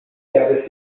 der